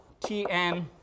Tn